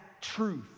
truth